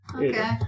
Okay